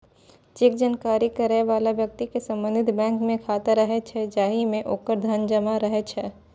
cheque जारी करै बला व्यक्ति के संबंधित बैंक मे खाता रहै छै, जाहि मे ओकर धन जमा रहै छै